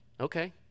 okay